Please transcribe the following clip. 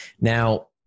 Now